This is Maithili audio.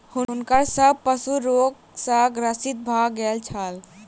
हुनकर सभ पशु रोग सॅ ग्रसित भ गेल छल